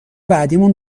بعدمون